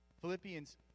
Philippians